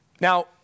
Now